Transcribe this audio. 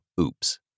oops